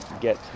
get